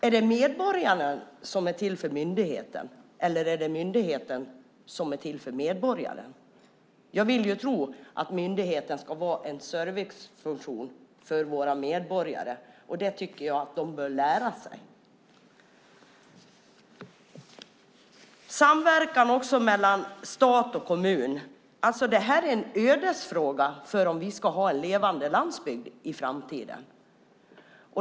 Är medborgaren till för myndigheten, eller är myndigheten till för medborgaren? Jag vill tro att myndigheten ska vara en servicefunktion för våra medborgare, så det tycker jag att man bör lära sig. Frågan om samverkan mellan stat och kommun är en ödesfråga för om vi i framtiden ska ha en levande landsbygd.